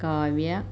Kavya